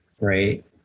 right